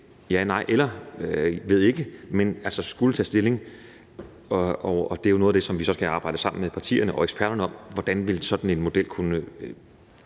ja, nej eller ved ikke. Man skulle altså tage stilling. Det er jo noget af det, vi skal arbejde sammen med partierne og eksperterne om, hvordan en sådan model ville